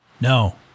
No